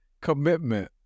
Commitment